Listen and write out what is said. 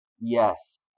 yes